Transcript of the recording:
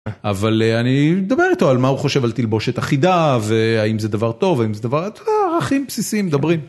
אבל אני מדבר איתו על מה הוא חושב על תלבושת אחידה והאם זה דבר טוב, האם זה דבר רע, אתה יודע ערכים בסיסיים מדברים.